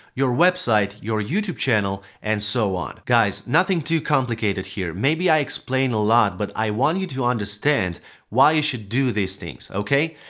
your website, your youtube channel and so on. guys, nothing to complicated here, maybe i explain a lot but i want you to understand why you should do these things, ok?